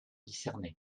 discerner